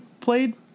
played